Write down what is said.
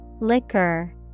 liquor